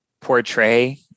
portray